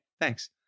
thanks